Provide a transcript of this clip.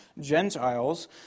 Gentiles